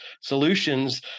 solutions